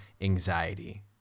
anxiety